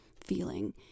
feeling